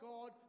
God